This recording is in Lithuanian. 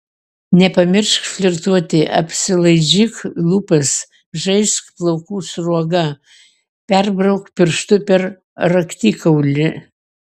nepamiršk flirtuoti apsilaižyk lūpas žaisk plaukų sruoga perbrauk pirštu per raktikaulį